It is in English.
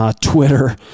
Twitter